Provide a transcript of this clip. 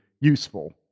useful